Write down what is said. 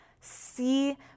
See